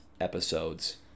episodes